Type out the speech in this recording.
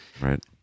Right